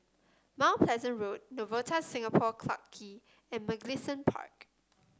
Mount Pleasant Road Novotel Singapore Clarke Quay and Mugliston Park